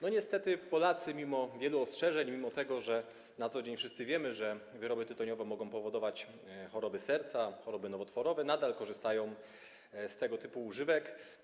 No, niestety Polacy mimo wielu ostrzeżeń, mimo że na co dzień wszyscy wiemy, że wyroby tytoniowe mogą powodować choroby serca, choroby nowotworowe, nadal korzystają z tego typu używek.